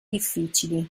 difficili